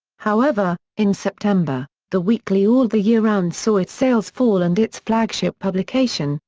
however, in september, the weekly all the year round saw its sales fall and its flagship publication,